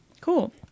Cool